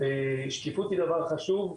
שקיפות היא דבר חשוב.